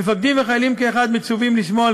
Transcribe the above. מפקדים וחיילים כאחד מצווים לשמור על